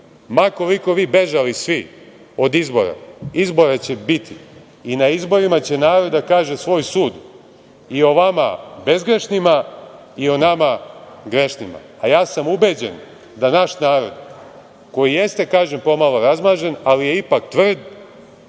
Ma koliko vi bežali svi od izbora, izbora će biti i na izborima će narod da kaže svoj sud i o vama bezgrešnima i o nama grešnima. Ja sam ubeđen da naš narod, koji jeste, kažem, pomalo razmažen, ali je ipak tvrd